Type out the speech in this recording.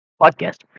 podcast